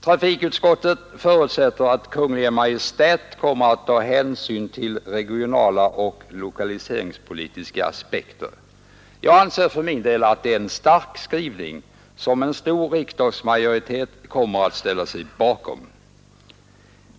Trafikutskottet förutsätter att Kungl. Maj:t kommer att ta hänsyn till regionala och lokaliseringspolitiska aspekter. Jag anser för min del att det är en stark skrivning, som en stor riksdagsmajoritet kommer att ställa sig bakom.